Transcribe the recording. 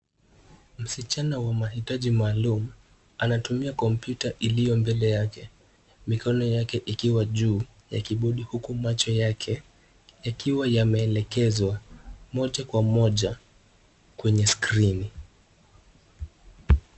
Msichana wa mahitaji maalum anatumia kompyuta iliyo mbele yake, mikono yake ikiwa juu ya kibodi huku macho yake yakiwa yameelekezwa moja kwa moja kwenye skrini.